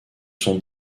son